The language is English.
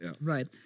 right